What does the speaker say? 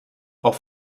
auch